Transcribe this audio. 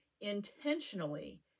intentionally